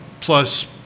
plus